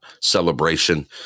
celebration